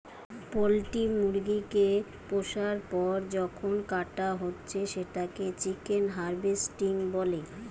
poultry মুরগি কে পুষার পর যখন কাটা হচ্ছে সেটাকে চিকেন হার্ভেস্টিং বলে